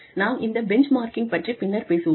நாம் இந்த பெஞ்ச்மார்க்கிங் பற்றி பின்னர் பேசுவோம்